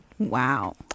Wow